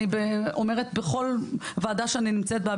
אני אומרת בכל וועדה שאני נמצא בה,